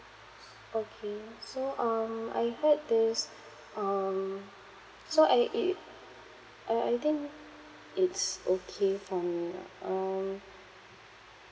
okay so um I heard this um so I it it uh I think it's okay for me ah um